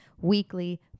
weekly